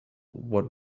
what